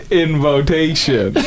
invitation